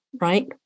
right